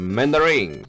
Mandarin